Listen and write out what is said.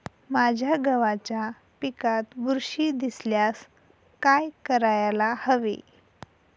माझ्या गव्हाच्या पिकात बुरशी दिसल्यास काय करायला हवे?